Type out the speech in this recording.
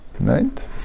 right